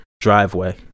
driveway